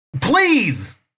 Please